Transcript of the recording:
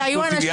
הושיבו אותי,